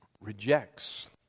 rejects